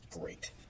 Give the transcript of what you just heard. great